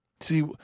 See